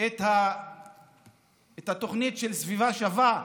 את התוכנית "סביבה שווה"